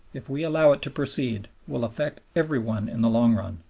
if we allow it to proceed, will affect every one in the long-run,